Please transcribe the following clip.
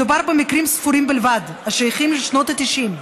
מדובר במקרים ספורים בלבד, השייכים לשנות ה-90.